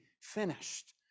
finished